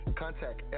contact